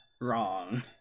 Wrong